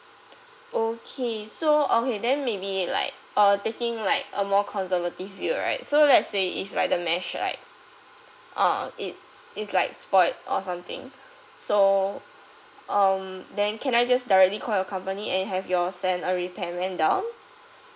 okay so okay then maybe like uh taking like a more conservative view right so let's say if like the mesh right uh it it's like spoilt or something so um then can I just directly call you company and have you all send a repairman down